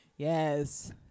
Yes